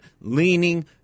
leaning